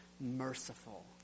merciful